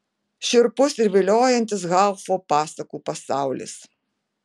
šiurpus ir viliojantis haufo pasakų pasaulis